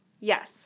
Yes